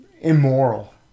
immoral